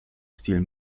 stil